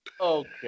Okay